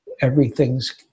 everything's